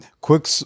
Quick